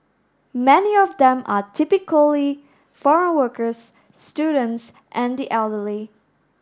many of them are typically foreign workers students and the elderly